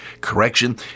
correction